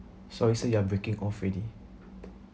so you said you are breaking off already